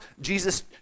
Jesus